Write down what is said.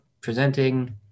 presenting